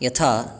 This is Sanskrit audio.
यथा